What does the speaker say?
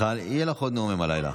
יהיו לך עוד נאומים הלילה.